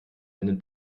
einen